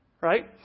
right